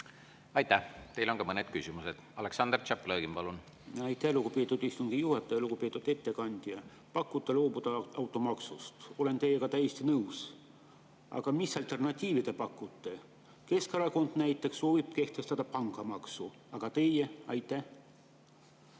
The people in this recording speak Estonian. Aitäh! Teile on ka mõned küsimused. Aleksandr Tšaplõgin, palun! Aitäh, lugupeetud istungi juhataja! Lugupeetud ettekandja! Pakute välja, et loobume automaksust – olen teiega täiesti nõus. Aga mis alternatiive te pakute? Keskerakond näiteks soovib kehtestada pangamaksu. Aga teie? Aitäh,